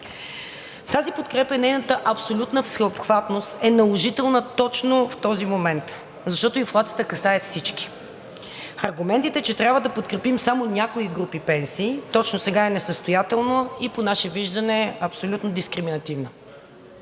Тази подкрепа и нейната абсолютна всеобхватност е наложителна точно в този момент, защото инфлацията касае всички. Аргументите, че трябва да подкрепим само някои групи пенсии точно сега е несъстоятелно и по наше виждане абсолютно дискриминативни.